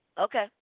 Okay